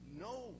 no